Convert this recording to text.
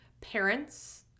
parents